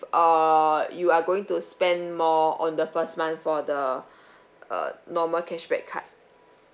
err you are going to spend more on the first month for the uh normal cashback card